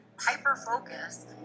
hyper-focus